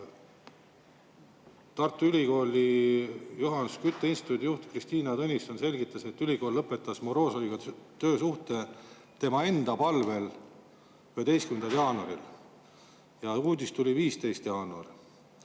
Tartu Ülikooli Johan Skytte instituudi juht Kristiina Tõnnisson selgitas, et ülikool lõpetas Morozoviga töösuhte tema enda palvel 11. jaanuaril. Uudis tuli 15. jaanuaril.